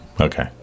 Okay